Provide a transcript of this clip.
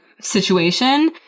situation